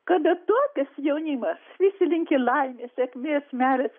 kada tuokias jaunimas visi linki laimės sėkmės meilės